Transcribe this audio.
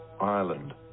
Ireland